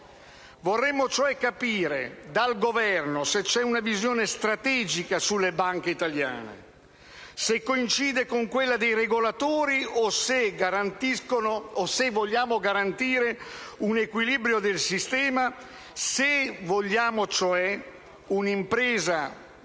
Vorremmo cioè capire dal Governo se c'è una visione strategica sulle banche italiane, se essa coincide con quella dei regolatori o se vogliamo garantire un equilibrio del sistema - se vogliamo cioè un'impresa